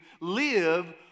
live